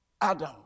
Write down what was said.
Adam